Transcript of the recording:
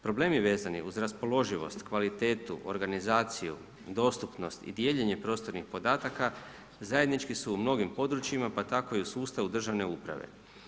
Problemi vezani uz raspoloživost, kvalitetu, organizaciju, dostupnost i dijeljenje prostornih podataka zajednički su u mnogim područjima, pa tako i u sustavu državne uprave.